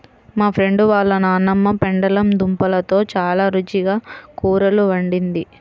మా ఫ్రెండు వాళ్ళ నాన్నమ్మ పెండలం దుంపలతో చాలా రుచిగా కూరలు వండిద్ది